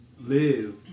Live